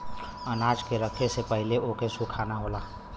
अनाज के रखे से पहिले ओके सुखाना होला